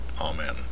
amen